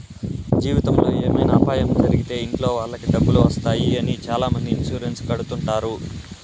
జీవితంలో ఏమైనా అపాయం జరిగితే ఇంట్లో వాళ్ళకి డబ్బులు వస్తాయి అని చాలామంది ఇన్సూరెన్స్ కడుతుంటారు